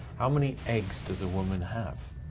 how many eggs does a woman have?